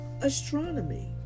astronomy